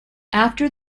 after